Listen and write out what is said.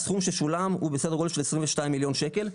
הסכום ששולם הוא בסדר גודל של 22 מיליון שקל.